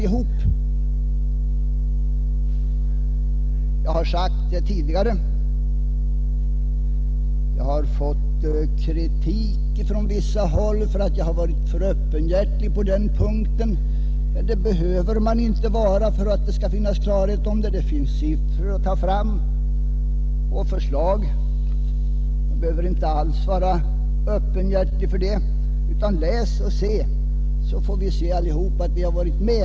Från vissa håll har jag fått kritik för att jag har varit för öppenhjärtig på den punkten. Men det finns siffror som bevisar riktigheten av vad jag har sagt. Läs och se så får ni klara belägg för att vi alla har varit med.